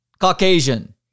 Caucasian